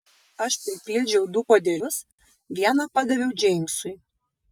aš pripildžiau du puodelius vieną padaviau džeimsui